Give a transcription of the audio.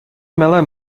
mele